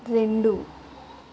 రెండు